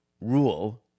rule